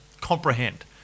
comprehend